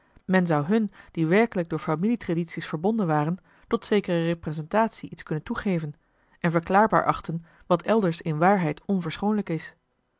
men zou hun die werkelijk door familie tradities verbonden waren tot zekere representatie iets kunnen toegeven en verklaarbaar achten wat elders in waarheid onverschoonlijk is